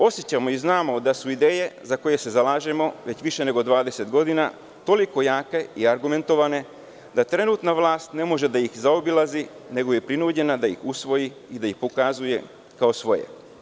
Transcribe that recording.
Osećamo i znamo da su ideje za koje se zalažemo već više od 20 godina toliko jake i argumentovane da trenutna vlast ne može da ih zaobilazi nego je prinuđena da ih usvoji i da ih pokazuje kao svoje.